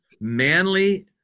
manly